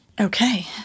Okay